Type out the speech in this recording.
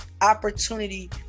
opportunity